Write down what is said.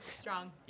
Strong